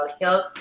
health